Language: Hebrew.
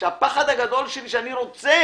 שהפחד הגדול שלי שאני רוצה